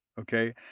okay